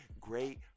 great